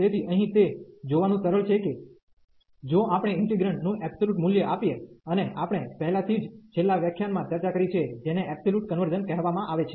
તેથી અહીં તે જોવાનું સરળ છે કે જો આપણે ઇન્ટિગ્રેન્ડ નું મૂલ્ય આપીએ અને આપણે પહેલાથી જ છેલ્લા વ્યાખ્યાનમાં ચર્ચા કરી છે જેને કન્વર્ઝન કહેવામાં આવે છે